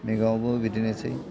मैगंआवबो बिदिनोसै